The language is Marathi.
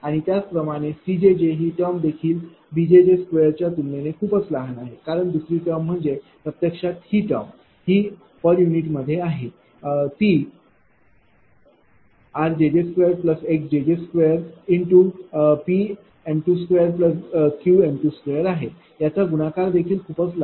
आणि त्याचप्रमाणे 4c ही टर्म देखील b2 च्या तुलनेत खूपच लहान आहे कारण दुसरी टर्म म्हणजे प्रत्यक्षात ही टर्म ही पर प्रति युनिट मध्ये आहे ती r2jjx2P2m2Q2आहे त्यांचा गुणाकार देखील खूपच लहान आहे